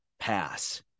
pass